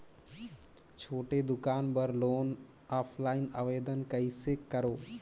छोटे दुकान बर लोन ऑफलाइन आवेदन कइसे करो?